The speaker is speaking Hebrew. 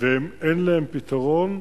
ואין להם פתרון.